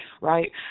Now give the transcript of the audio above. Right